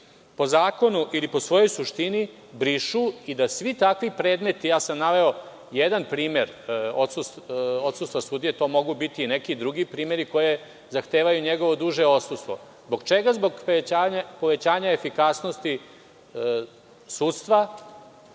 po zakonu ili po svojoj suštini“ brišu i da svi takvi predmeti, naveo sam jedan primer odsustva sudije, a to mogu biti i neki drugi primeri koje zahtevaju njegovo duže odsustvo. Zbog čega? Zbog povećanja efikasnosti sudstva